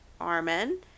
Armen